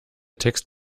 text